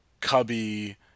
Cubby